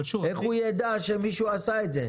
איך הוא ידע שמישהו עשה את זה?